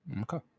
Okay